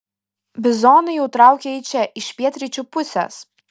bizonai jau traukia į čia iš pietryčių pusės